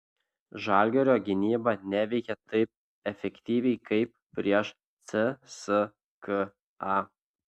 žalgirio gynyba neveikė taip efektyviai kaip prieš cska